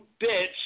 bitch